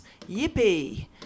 Yippee